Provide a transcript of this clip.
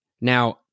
Now